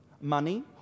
money